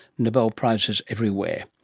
nobel prizes everywhere.